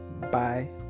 bye